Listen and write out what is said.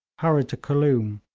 hurried to khooloom,